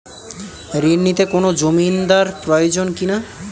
ঋণ নিতে কোনো জমিন্দার প্রয়োজন কি না?